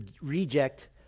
reject